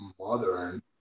modern